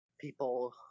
People